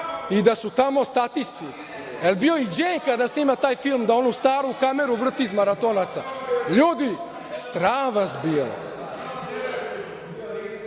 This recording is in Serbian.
i da su tamo statisti. Da li je bio i Đenka da snima taj film, da onu staru kameru vrti iz „Maratonaca“? Ljudi, sram vas